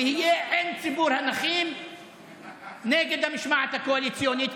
ויהיה עם ציבור הנכים ונגד המשמעת הקואליציונית,